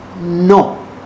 No